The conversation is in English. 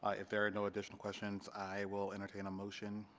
ah if there are no additional questions i will entertain a motion